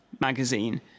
Magazine